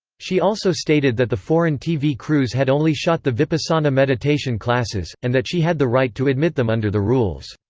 she also stated that the foreign tv crews had only shot the vipassana meditation classes, and that she had the right to admit them under the rules.